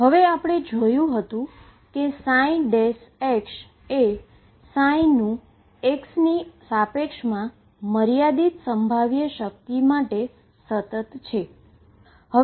હવે આપણે જોયુ હતુ કે એ નુ x ની સાપેક્ષમાં મર્યાદિત પોટેંશિઅલ માટે સતત છે